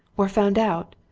or found out?